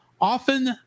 often